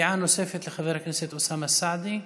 דעה נוספת, לחבר הכנסת אוסאמה סעדי.